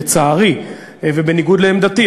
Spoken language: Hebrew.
לצערי ובניגוד לעמדתי,